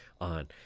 on